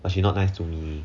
but she not nice to me